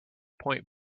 point